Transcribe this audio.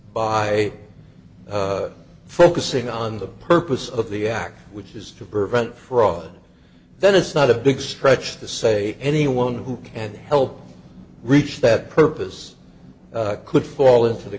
by focusing on the purpose of the act which is to prevent fraud then it's not a big stretch to say anyone who can help reach that purpose could fall into the